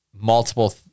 Multiple